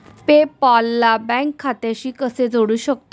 पे पाल ला बँक खात्याशी कसे जोडू शकतो?